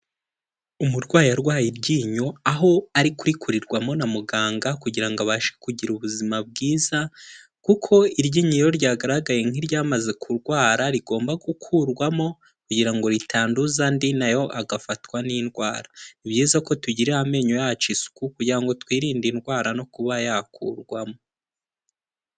Umurwayi arwaye iryinyo, aho ari kurikurirwamo na muganga, kugira ngo abashe kugira ubuzima bwiza, kuko iryinyo iyo ryagaragaye nk'iryamaze kurwara, rigomba gukurwamo kugira ngo ritanduza andi na yo agafatwa n'indwara, ni byiza ko tugirira amenyo yacu isuku, kugira ngo twirinde indwara no kuba yakurwamo.